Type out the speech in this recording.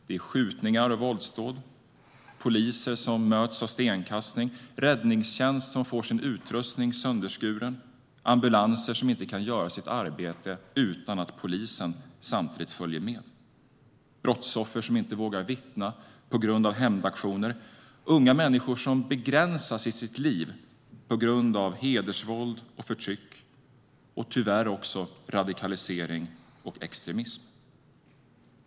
Det är skjutningar och våldsdåd, poliser som möts av stenkastning, räddningstjänst som får sin utrustning sönderskuren, ambulanspersonal som inte kan göra sitt arbete utan att polisen följer med, brottsoffer som inte vågar vittna på grund av hämndaktioner, unga människor som begränsas i sina liv på grund av hedersvåld och förtryck och tyvärr också radikalisering och extremism.